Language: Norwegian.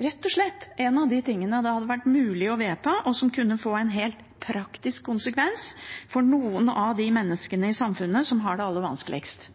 rett og slett noe av det det hadde vært mulig å vedta, og som kunne fått en helt praktisk konsekvens for noen av de menneskene i samfunnet som har det aller vanskeligst.